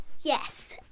Yes